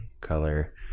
color